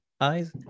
eyes